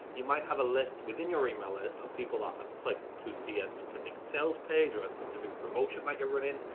you might have a list within your email list of people that have clicked to see a specific sales page or a specific promotion that you're running,